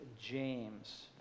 James